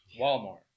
Walmart